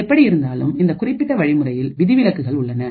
எப்படி இருந்தாலும் இந்த குறிப்பிட்ட வழிமுறையில் விதிவிலக்குகள் உள்ளன